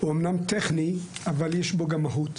הוא אומנם טכני, אבל יש בו גם מהות.